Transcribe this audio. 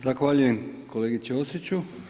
Zahvaljujem kolegi Ćosiću.